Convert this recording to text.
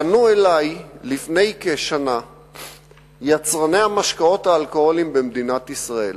פנו אלי לפני כשנה יצרני המשקאות האלכוהוליים במדינת ישראל